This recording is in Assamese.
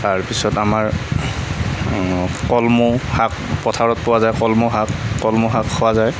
তাৰ পিছত আমাৰ কলমৌ শাক পথাৰত পোৱা যায় কলমৌ শাক কলমৌ শাক খোৱা যায়